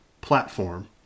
platform